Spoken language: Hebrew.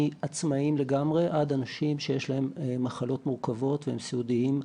מעצמאיים לגמרי עד אנשים שיש להם מחלות מורכבות והם סיעודיים,